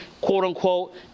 quote-unquote